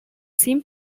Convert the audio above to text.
seem